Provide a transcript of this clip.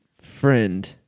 friend